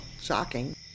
shocking